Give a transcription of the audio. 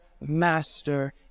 master